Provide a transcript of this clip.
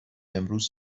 امروز